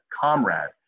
comrade